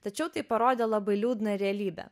tačiau tai parodė labai liūdną realybę